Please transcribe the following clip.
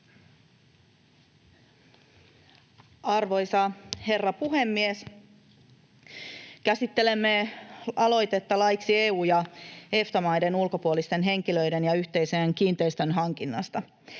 Arvoisa herra puhemies! Käsittelemme aloitetta laiksi EU- ja EFTA-maiden ulkopuolisten henkilöiden ja yhteisöjen kiinteistön hankinnasta.